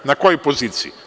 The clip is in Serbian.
Na kojoj poziciji?